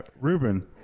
Ruben